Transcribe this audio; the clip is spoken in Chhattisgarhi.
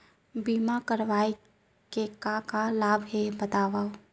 बीमा करवाय के का का लाभ हे बतावव?